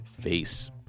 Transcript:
face